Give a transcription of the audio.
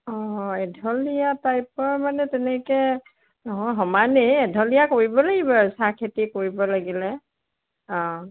অঁ এঢলীয়া টাইপৰ মানে তেনেকৈ নহয় সমানেই এঢলীয়া কৰিব লাগিব আৰু চাহখেতি কৰিব লাগিলে অঁ